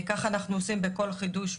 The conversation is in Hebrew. ככה אנחנו עושים בכל חידוש,